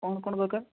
କ'ଣ କ'ଣ ଦରକାର